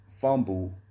fumble